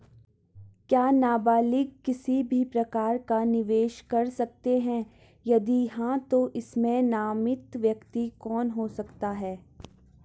क्या नबालिग किसी भी प्रकार का निवेश कर सकते हैं यदि हाँ तो इसमें नामित व्यक्ति कौन हो सकता हैं?